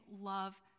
love